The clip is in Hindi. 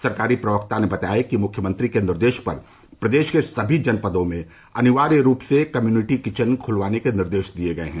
सरकारी प्रवक्ता ने बताया कि मुख्यमंत्री के निर्देश पर प्रदेश के सभी जनपदों में अनिवार्य रूप से कम्यूनिटी किचन खुलवाने के निर्देश दिये गये हैं